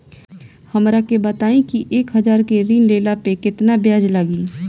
हमरा के बताई कि एक हज़ार के ऋण ले ला पे केतना ब्याज लागी?